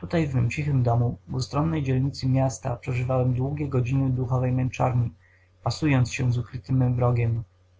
tutaj w mym cichym domu w ustronnej dzielnicy miasta przeżywałem długie godziny duchowej męczarni pasując się z ukrytym mym wrogiem